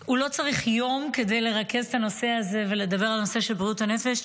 שהוא לא צריך יום כדי לרכז את הנושא הזה ולדבר על הנושא של בריאות הנפש,